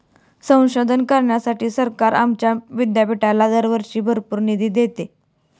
संशोधन करण्यासाठी सरकार आमच्या विद्यापीठाला दरवर्षी भरपूर निधी देते